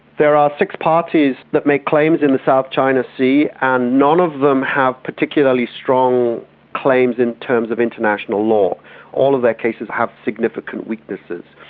there are six parties that make claims in the south china sea and none of them have particularly strong claims in terms of international law all of their cases have significant weaknesses.